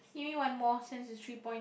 give me one more since it's three point